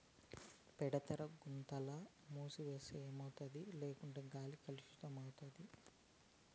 పేడంతా గుంతల పోస్తే ఎరువౌతాది లేకుంటే గాలి కలుసితమైతాది